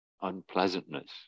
unpleasantness